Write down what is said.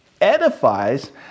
edifies